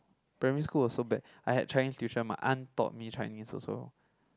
primary school also bad I had Chinese tuition my aunt taught me Chinese also